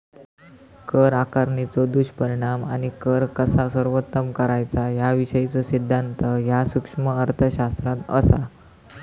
कर आकारणीचो दुष्परिणाम आणि कर कसा सर्वोत्तम करायचा याविषयीचो सिद्धांत ह्या सूक्ष्म अर्थशास्त्रात असा